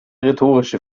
rhetorische